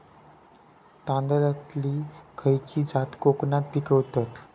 तांदलतली खयची जात कोकणात पिकवतत?